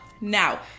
now